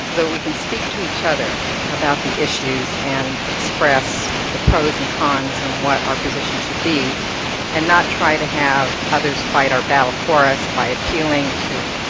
so we can speak to each other about the issues and express the pros and cons and what our position should be and not try to have others fighter battle for us by appealing to